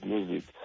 Music